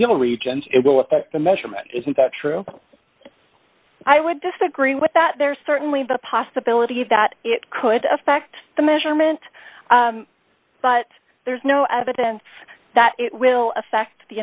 a region it will effect the measurement isn't that true i would disagree with that there's certainly the possibility that it could affect the measurement but there's no evidence that it will affect the